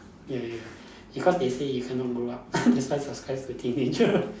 ya ya because they say you cannot grow up that's why subscribe to teenager